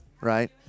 right